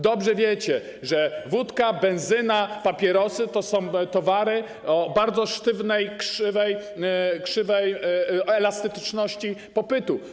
Dobrze wiecie, że wódka, benzyna, papierosy to są towary o bardzo sztywnej krzywej elastyczności popytu.